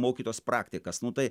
mokytojas praktikas nu tai